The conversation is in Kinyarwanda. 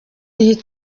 iyi